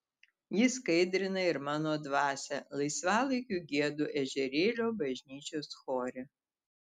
ji skaidrina ir mano dvasią laisvalaikiu giedu ežerėlio bažnyčios chore